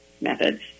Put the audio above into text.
methods